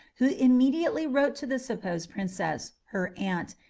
who immediately wrote to the supposed princess, her aunt,